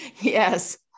Yes